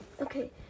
Okay